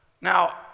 Now